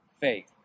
faith